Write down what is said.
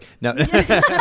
No